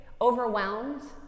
overwhelmed